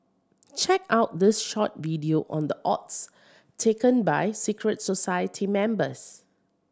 check out this short video on the oaths taken by secret society members